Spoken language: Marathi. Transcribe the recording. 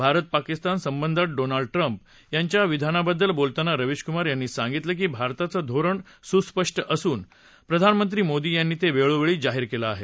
भारत पाकिस्तान सबंधात डोनाल्ड ट्रंप यांच्या विधानाबद्दल बोलताना रविशकुमार यांनी सांगितलं की भारताचं धोरण सुस्पष्ट असून प्रधानमंत्री मोदी यांनी ते वेळोवेळी जाहीर केलं आहे